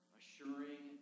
assuring